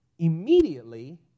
immediately